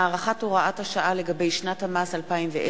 הארכת הוראת שעה לגבי שנת המס 2010),